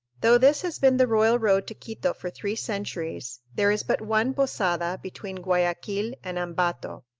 though this has been the royal road to quito for three centuries, there is but one posada between guayaquil and ambato,